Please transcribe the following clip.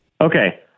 Okay